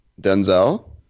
Denzel